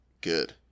good